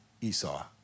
Esau